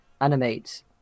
animate